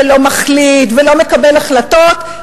ולא מחליט ולא מקבל החלטות,